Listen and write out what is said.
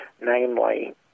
Namely